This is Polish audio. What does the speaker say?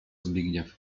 zbigniew